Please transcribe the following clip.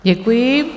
Děkuji.